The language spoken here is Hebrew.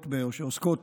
שעוסקות